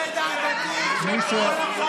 השד העדתי, כל, זה דודי אמסלם.